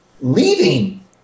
leaving